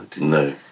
No